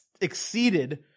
exceeded